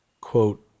quote